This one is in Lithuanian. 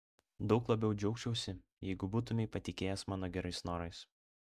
daug labiau džiaugčiausi jeigu būtumei patikėjęs mano gerais norais